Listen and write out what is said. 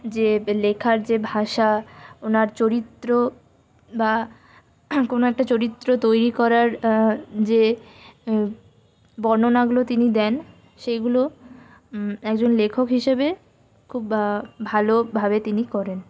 যে লেখার যে ভাষা ওনার চরিত্র বা কোনো একটা চরিত্র তৈরি করার যে বর্ণনাগুলো তিনি দেন সেইগুলো একজন লেখক হিসেবে খুব ভালোভাবে তিনি করেন